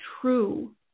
true